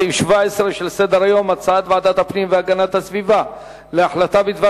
סעיף 17 בסדר-היום: הצעת ועדת הפנים והגנת הסביבה להחלטה בדבר